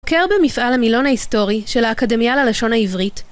מבקר במפעל המילון ההיסטורי של האקדמיה ללשון העברית